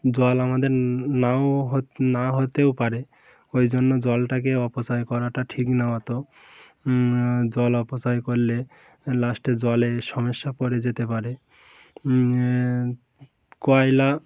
জল আমাদের নাও হ না হতেও পারে ওই জন্য জলটাকে অপচয় করাটা ঠিক না অতো জল অপচয় করলে লাস্টে জলে সমস্যা পড়ে যেতে পারে কয়লা